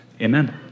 amen